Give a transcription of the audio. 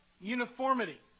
uniformity